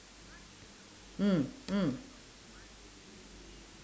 mm mm